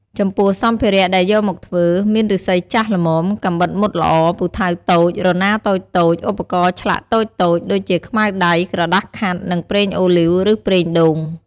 ចំពោះសម្ភារៈដែលយកមកធ្វើ មានឫស្សីចាស់ល្មម កាំបិតមុតល្អ ពូថៅតូច រណារតូចៗ ឧបករណ៍ឆ្លាក់តូចៗ ដូចជាខ្មៅដៃ ក្រដាសខាត់ និងប្រេងអូលីវ ឬប្រេងដូង។